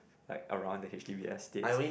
like around the H_D_B estates